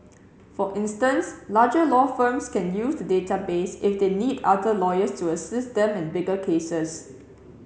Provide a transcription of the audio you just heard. for instance larger law firms can use the database if they need other lawyers to assist them in bigger cases